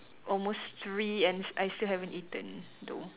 almost three and s~ I still haven't eaten though